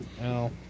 No